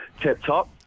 tip-top